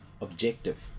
objective